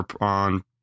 on